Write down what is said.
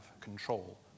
control